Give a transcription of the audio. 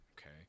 okay